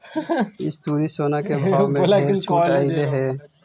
इस तुरी सोना के भाव में ढेर छूट अएलई हे